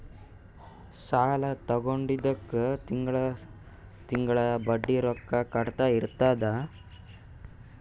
ಸಾಲಾ ತೊಂಡಿದ್ದುಕ್ ತಿಂಗಳಾ ತಿಂಗಳಾ ಬಡ್ಡಿ ರೊಕ್ಕಾ ಕಟ್ಟದ್ ಇರ್ತುದ್